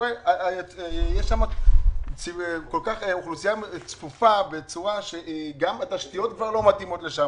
יש שם אוכלוסייה כל כך צפופה בצורה שגם התשתיות כבר לא מתאימות לשם.